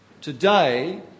Today